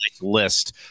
list